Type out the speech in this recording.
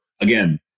again